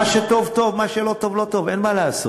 מה שטוב טוב, מה שלא טוב לא טוב, אין מה לעשות.